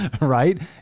Right